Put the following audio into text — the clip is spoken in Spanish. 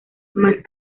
más